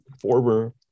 former